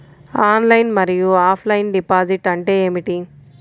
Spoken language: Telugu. ఆన్లైన్ మరియు ఆఫ్లైన్ డిపాజిట్ అంటే ఏమిటి?